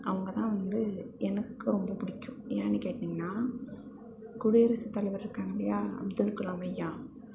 அவங்க தான் வந்து எனக்கு ரொம்ப பிடிக்கும் ஏன்னு கேட்டிங்கன்னால் குடியரசுத்தலைவர் இருக்காங்கல்லியா அப்துல் கலாம் ஐயா